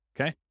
Okay